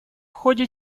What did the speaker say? ходе